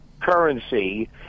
currency